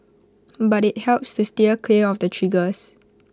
but IT helps to steer clear of the triggers